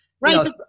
right